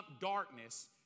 darkness